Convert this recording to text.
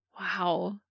Wow